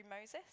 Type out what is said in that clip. Moses